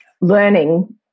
learning